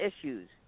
issues